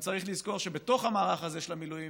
צריך גם לזכור שבתוך המערך הזה של המילואים,